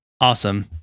Awesome